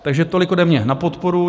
Takže tolik ode mě na podporu.